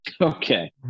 Okay